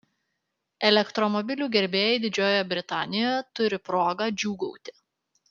elektromobilių gerbėjai didžiojoje britanijoje turi progą džiūgauti